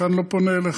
לכן אני לא פונה אליך.